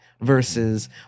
versus